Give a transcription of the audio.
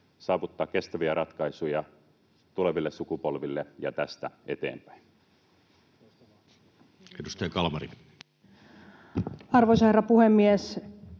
saavuttaa kestäviä ratkaisuja tuleville sukupolville ja tästä eteenpäin. Edustaja Kalmari. Arvoisa herra puhemies!